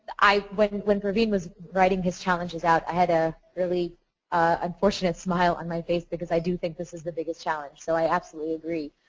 when when praveen was writhing his challenge is out i had a really unfortunate smile on my face because i do think this is the biggest challenge. so i absolutely agree.